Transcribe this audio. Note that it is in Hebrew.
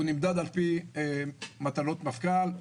הוא נמדד על פי מטלות מפכ"ל,